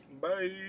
Bye